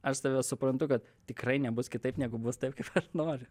aš tave suprantu kad tikrai nebus kitaip negu bus taip kaip aš noriu